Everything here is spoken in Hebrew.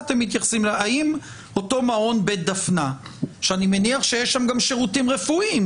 האם אותו מעון בית דפנה שאני מניח שיש שם גם שירותים רפואיים,